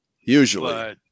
Usually